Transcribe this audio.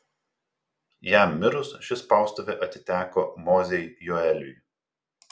jam mirus ši spaustuvė atiteko mozei joeliui